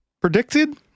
predicted